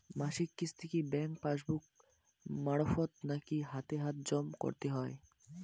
মাসিক কিস্তি কি ব্যাংক পাসবুক মারফত নাকি হাতে হাতেজম করতে হয়?